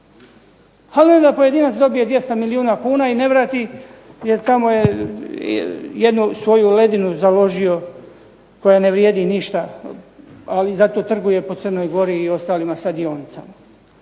Ali onda pojedinac dobije 200 milijuna kuna i ne vrati, jer tamo je jednu svoju ledinu založio koja ne vrijedi ništa, ali zato trguje po Crnoj Gori i ostalima sa dionicama.